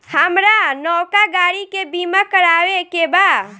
हामरा नवका गाड़ी के बीमा करावे के बा